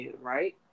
Right